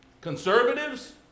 conservatives